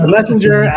Messenger